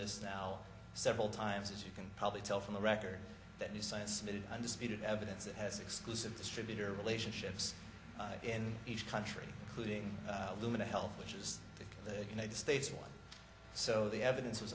this now several times as you can probably tell from the record that new science middle undisputed evidence that has exclusive distributor relationships in each country putting them in a health which is the united states one so the evidence is